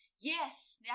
Yes